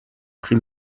pri